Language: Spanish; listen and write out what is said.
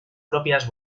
propias